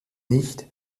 nicht